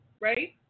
right